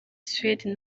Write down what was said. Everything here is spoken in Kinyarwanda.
suède